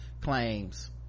claims